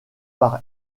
part